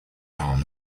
arm